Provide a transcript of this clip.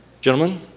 Gentlemen